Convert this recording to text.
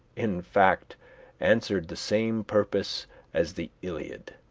in fact answered the same purpose as the iliad.